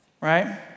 Right